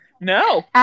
No